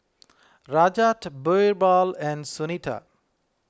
Rajat Birbal and Sunita